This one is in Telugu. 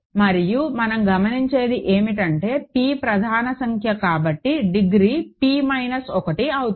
మరియు మనం గమనించేది ఏమిటంటే p ప్రధాన సంఖ్య కాబట్టి డిగ్రీ p మైనస్ ఒకటి అవుతుంది